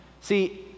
See